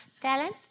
Talent